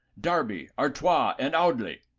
darby, artois, and audley!